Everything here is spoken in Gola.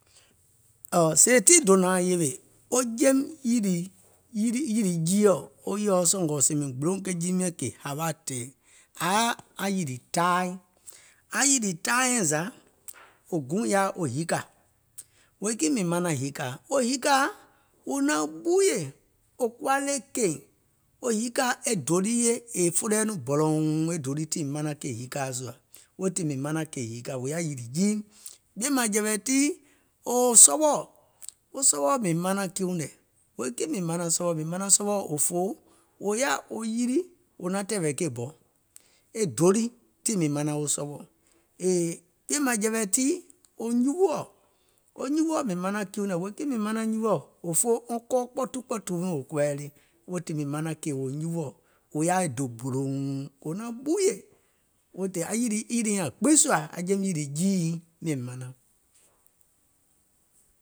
Sèè tii dònȧȧŋ yèwè, wo jeim yìlì jiiɔ̀ wo yèɔ sèè mìŋ gbìleùŋ sɔ̀ngɔ̀ ke jii miɛ̀m kè hawà tɛ̀ɛ̀, ȧŋ yaȧ aŋ yìlì taai, aŋ yìlì taai nyɛɛ̀ŋ zȧ, wò guùŋ yaȧ wo hikȧ, wèè kiìŋ mìŋ manaŋ hikàa, wo hikàa, wò naŋ ɓuuyè, wò kuwa le kèìŋ, wo hikàa e dò lii è folo yɛi nɔŋ bɔ̀lɔ̀ùŋ e dò lii tiŋ manaŋ kèè hikàa sùà, weètii mìŋ manaŋ kèè hikàa wò yaȧ yìlì jiim. Ɓìèmȧŋjɛ̀wɛ̀ tii, wo sɔwɔɔ̀, wo sɔwɔɔ̀ mìŋ manaŋ kiiuŋ nɛ̀, mìŋ manaŋ sɔwɔ, wèè kiìŋ mìŋ manaŋ sɔwɔ? Mìŋ manaŋ sɔwɔ òfoo wò yaȧ wo yilì, wò naŋ tɛ̀ɛ̀wɛ̀ ke bɔ, e dò lii tiŋ mìŋ manaŋ wo sɔwɔɔ̀, e ɓìèmàŋjɛ̀wɛ̀ tii, wo nyuwuɔ, wo nyuwuɔ̀ mìŋ manaŋ kiiuŋ nɛ̀, wèè kiìŋ mìŋ manaŋ nyuwuɔ̀? òfoo wɔŋ kɔɔ kpɔtukpɔ̀tù wiiŋ wò kuwa yɛi le weètii mìŋ manaŋ kèè wo nyuwuɔ̀, wò yaȧ e dò bòlòòùŋ wò naŋ ɓuuyè, aŋ yìlì nyaŋ gbiŋ sùȧ, aŋ jeim yìlì jii nyiiŋ mìŋ manaŋ.